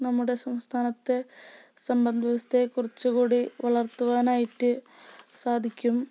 നമ്മുടെ സംസ്ഥാനത്തെ സമ്പത് വ്യവസ്ഥയെ കുറച്ചുകൂടി വളർത്തുവാനായിട്ട് സാധിക്കും